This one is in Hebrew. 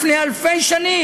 לפני אלפי שנים.